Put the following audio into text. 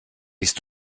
bist